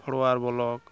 ᱯᱷᱲᱚᱣᱟᱨ block